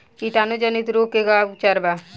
कीटाणु जनित रोग के का उपचार बा?